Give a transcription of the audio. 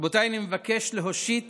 רבותיי, אני מבקש להושיט